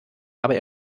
aber